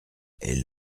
est